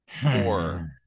Four